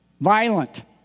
Violent